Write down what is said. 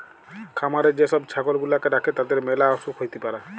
খামারে যে সব ছাগল গুলাকে রাখে তাদের ম্যালা অসুখ হ্যতে পারে